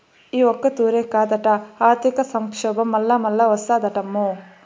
ఈ ఒక్కతూరే కాదట, ఆర్థిక సంక్షోబం మల్లామల్లా ఓస్తాదటమ్మో